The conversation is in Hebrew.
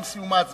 עם סיום ההצבעה,